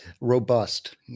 robust